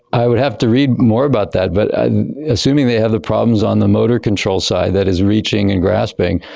i would have to read more about that but assuming they have the problems on the motor control side, that is reaching and grasping,